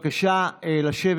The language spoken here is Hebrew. בבקשה לשבת.